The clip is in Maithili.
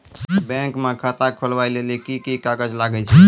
बैंक म खाता खोलवाय लेली की की कागज लागै छै?